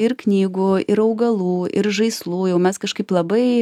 ir knygų ir augalų ir žaislų jau mes kažkaip labai